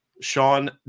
Sean